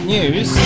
News